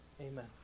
Amen